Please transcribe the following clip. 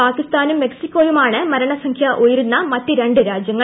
പാകിസ്ഥാനും മെക്സിക്കോയുമാണ് മരണസംഖ്യ ഉയരുന്ന മറ്റ് രണ്ട് രാജ്യങ്ങൾ